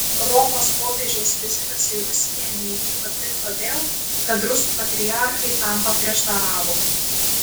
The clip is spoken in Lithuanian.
romos popiežiaus vizitas į rusiją neįvyko tik todėl kad rusų patriarchai tam paprieštaravo